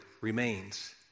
remains